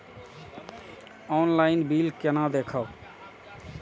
Online bill केना देखब?